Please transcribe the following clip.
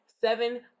seven